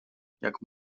jak